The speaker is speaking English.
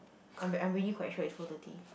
I'm I'm really quite sure is four thirty